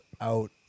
out